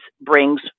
brings